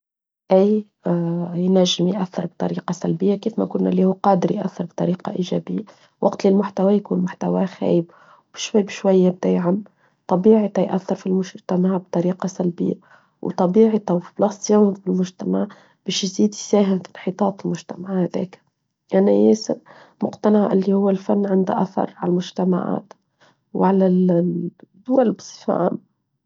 أي ينجم يأثر بطريقة سلبية كيف ما كنا اللي هو قادر يأثر بطريقة إيجابية وقت للمحتوى يكون محتوى خيب بشوي بشوي يبدأ يعم طبيعي يأثر في المجتمع بطريقة سلبية وطبيعي وفبلاس يوم في المجتمع بش يسيد يساهم في انحطاط المجتمع هذاك أنا ياسر مقتنعة اللي هو الفن عنده أثر على المجتمعات وعلى الدول بصفة عامه.